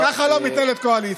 ככה לא מתנהלת קואליציה.